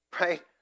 right